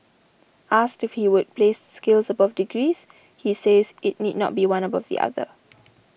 asked if he would place skills above degrees he says it need not be one above the other